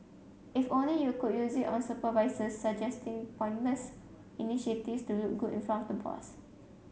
if only you could use it on supervisors suggesting pointless initiatives to look good in front of the boss